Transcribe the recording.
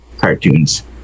cartoons